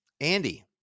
andy